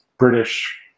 British